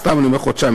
סתם אני אומר חודשיים,